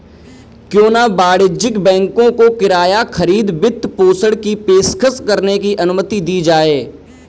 क्यों न वाणिज्यिक बैंकों को किराया खरीद वित्तपोषण की पेशकश करने की अनुमति दी जाए